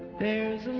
there's